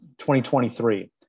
2023